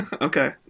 Okay